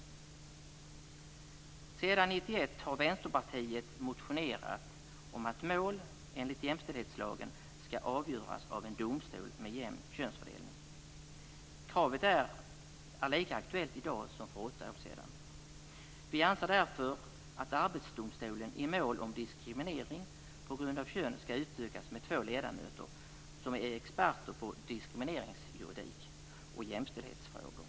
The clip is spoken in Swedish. Sedan 1991 har Vänsterpartiet motionerat om att mål enligt jämställdhetslagen skall avgöras av en domstol med jämn könsfördelning. Kravet är lika aktuellt i dag som för åtta år sedan. Vi anser därför att Arbetsdomstolen i mål om diskriminering på grund av kön skall utökas med två ledamöter som är experter på diskrimineringsjuridik och jämställdhetsfrågor.